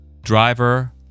driver